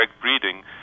breeding